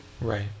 Right